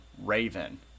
Raven